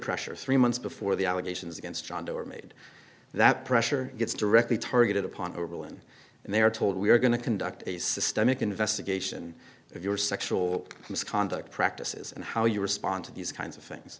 pressure three months before the allegations against john doe are made that pressure gets directly targeted upon oberlin and they are told we are going to conduct a systemic investigation of your sexual misconduct practices and how you respond to these kinds of things